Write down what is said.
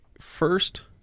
first